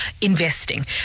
investing